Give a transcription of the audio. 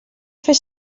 fer